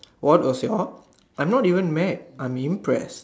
what was your I'm not even mad I'm impress